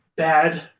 bad